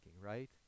right